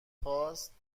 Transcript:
خواست